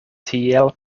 tiel